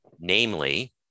namely